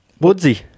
Woodsy